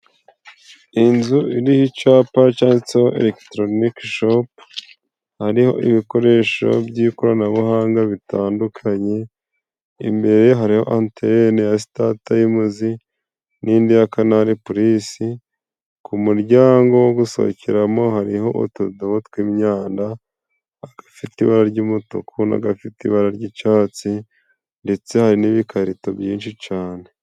Inzu iriho icapa canditseho elekitoronikishopu hariho ibikoresho by'ikoranabuhanga bitandukanye, imbere hari antene ya sitatayimuzi n'indi ya kanarepurisi ku muryango wo gusohokeramo hariho utudobo tw'imyanda, agafite ibara ry'umutuku n'agafite ibara ry'icatsi ndetse hari n'ibikarito byinshi cane.